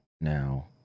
now